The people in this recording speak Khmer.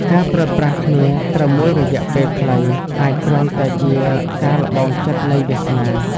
ការព្រាត់ប្រាសគ្នាត្រឹមមួយរយៈពេលខ្លី អាចគ្រាន់តែជាការល្បងចិត្តនៃវាសនា។